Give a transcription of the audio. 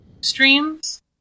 streams